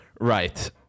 right